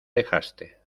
dejaste